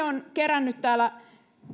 on kerännyt täällä